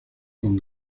con